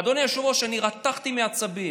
אדוני היושב-ראש, אני רתחתי מעצבים.